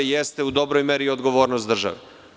Jeste u dobroj meri i odgovornost države.